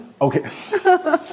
Okay